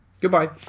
Goodbye